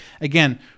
Again